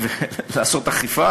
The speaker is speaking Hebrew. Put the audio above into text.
ולעשות אכיפה.